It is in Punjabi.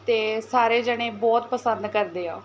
ਅਤੇ ਸਾਰੇ ਜਣੇ ਬਹੁਤ ਪਸੰਦ ਕਰਦੇ ਆ